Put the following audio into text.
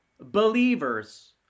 believers